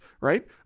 right